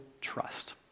trust